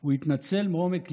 הוא התנצל מעומק ליבו,